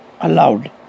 allowed